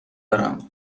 دارم